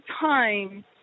time